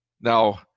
Now